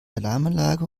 alarmanlage